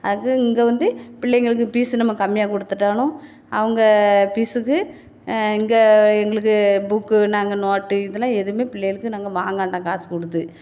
அதற்கு இங்கே வந்து பிள்ளைங்களுக்கு பீஸு நம்ம கம்மியாக கொடுத்துட்டாலும் அவங்க பீஸுக்கு இப்போ எங்களுக்குப் புக்கு நாங்கள் நோட்டு இதெல்லாம் நாங்கள் பிள்ளைகளுக்கு வாங்க வேண்டாம் காசு கொடுத்து